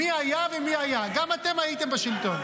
מי היה ומי היה, גם אתם הייתם בשלטון.